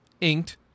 inked